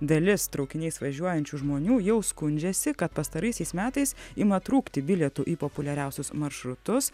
dalis traukiniais važiuojančių žmonių jau skundžiasi kad pastaraisiais metais ima trūkti bilietų į populiariausius maršrutus